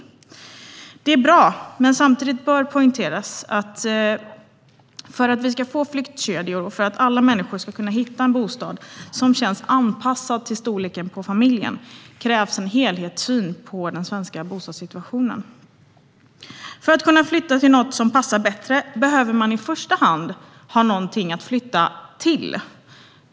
Detta är bra, men samtidigt bör det poängteras att det krävs en helhetssyn på den svenska bostadssituationen för att vi ska få flyttkedjor och för att alla människor ska kunna hitta en bostad som känns anpassad till storleken på familjen. För att kunna flytta till något som passar bättre behöver man i första hand ha någonting att flytta till.